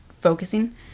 focusing